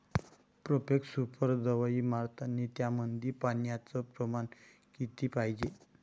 Profex super दवाई मारतानी त्यामंदी पान्याचं प्रमाण किती पायजे?